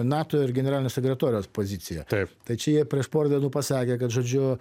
nato ir generalinio sekretoriaus pozicija tai čia jie prieš porą dienų pasakė kad žodžiu